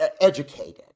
educated